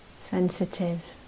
Sensitive